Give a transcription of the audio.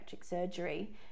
surgery